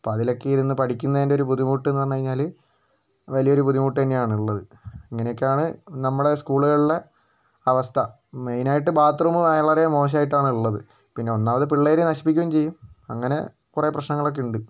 അപ്പോൾ അതിലൊക്കെ ഇരുന്ന് പഠിക്കുന്നതിൻ്റെ ഒരു ബുദ്ധിമുട്ട് എന്ന് പറഞ്ഞു കഴിഞ്ഞാൽ വലിയൊരു ബുദ്ധിമുട്ട് തന്നെയാണുള്ളത് ഇങ്ങനയൊക്കെയാണ് നമ്മുടെ സ്കൂളുകളിലെ അവസ്ഥ മെയിൻ ആയിട്ട് ബാത്ത് റൂം വളരെ മോശമായിട്ടാണുള്ളത് പിന്നെ ഒന്നാമത് പിള്ളേര് നശിപ്പിക്കുകയും ചെയ്യും അങ്ങനെ കുറേ പ്രശ്നങ്ങളൊക്കെയുണ്ട്